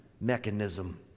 mechanism